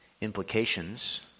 implications